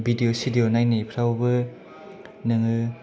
भिदिअ सिदिअ नायनायफ्रावबो नोङो